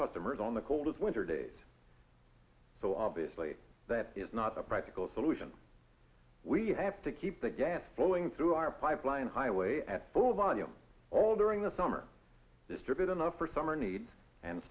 customers on the coldest winter days so obviously that is not a practical solution we have to keep the gas flowing through our pipeline highway at full volume all during the summer distribute enough for summer needs and